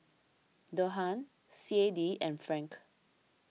Dirham C A D and Franc